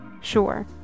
sure